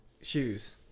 shoes